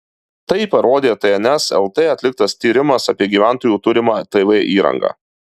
tai parodė tns lt atliktas tyrimas apie gyventojų turimą tv įrangą